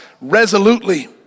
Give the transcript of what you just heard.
resolutely